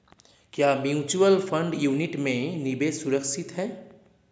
क्या mutual fund unit में निवेश सुरक्षित है?